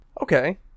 Okay